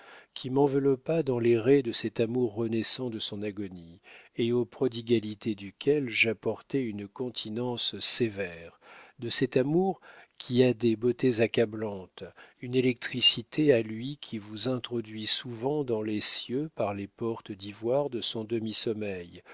qui m'enveloppa dans les rets de cet amour renaissant de son agonie et aux prodigalités duquel j'apportais une continence sévère de cet amour qui a des beautés accablantes une électricité à lui qui vous introduit souvent dans les cieux par les portes d'ivoire de son demi-sommeil